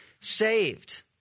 saved